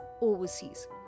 overseas